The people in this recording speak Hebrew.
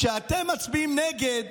כשאתם מצביעים נגד,